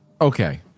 okay